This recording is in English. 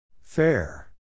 Fair